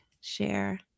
Share